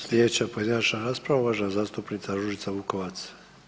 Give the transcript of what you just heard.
Slijedeća pojedinačna rasprava, uvažena zastupnica Ružica Vukovac.